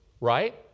right